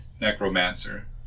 necromancer